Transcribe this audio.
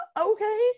okay